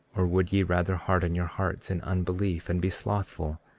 or would ye rather harden your hearts in unbelief, and be slothful,